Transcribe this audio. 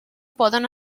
poden